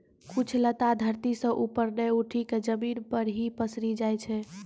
कुछ लता धरती सं ऊपर नाय उठी क जमीन पर हीं पसरी जाय छै